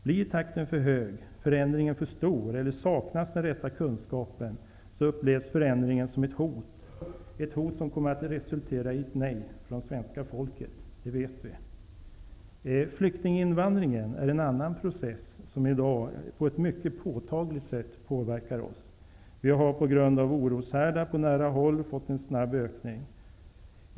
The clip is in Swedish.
Blir takten för hög, förändringen för stor, eller saknas den rätta kunskapen, upplevs förändringen som ett hot -- ett hot som kommer att resultera i ett nej från svenska folket. Det vet vi. Flyktinginvandringen är en annan process som i dag på ett mycket påtagligt sätt påverkar oss. Vi har på grund av oroshärdar på nära håll fått en snabb ökning.